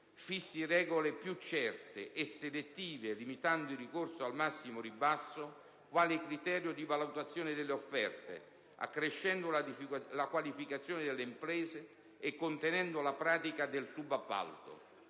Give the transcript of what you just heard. fissi regole più certe e selettive, limitando il ricorso al massimo ribasso quale criterio di valutazione delle offerte, accrescendo la qualificazione delle imprese e contenendo la pratica del subappalto.